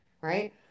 right